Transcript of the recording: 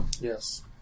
Yes